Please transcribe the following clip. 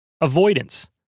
Avoidance